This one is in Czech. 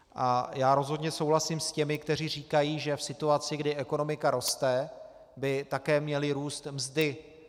A já rozhodně souhlasím s těmi, kteří říkají, že v situaci, kdy ekonomika roste, by také měly růst mzdy.